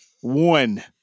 One